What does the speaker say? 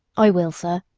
i will, sir,